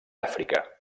àfrica